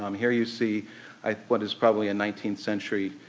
um here you see what is probably a nineteenth century